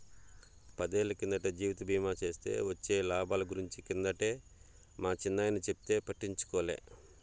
పదేళ్ళ కిందట జీవిత బీమా సేస్తే వొచ్చే లాబాల గురించి కిందటే మా చిన్నాయన చెప్తే పట్టించుకోలే